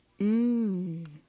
Mmm